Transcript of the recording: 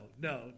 no